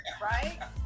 Right